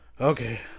okay